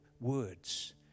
words